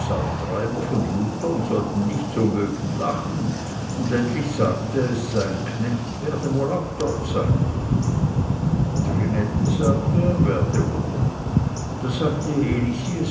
lutern sollten nicht so mögen lachen und endlich sagte es sein knecht werde wohl auch dort sein trinette sagte er werde wohl da sagte elisi